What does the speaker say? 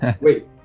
Wait